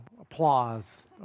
Applause